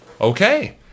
Okay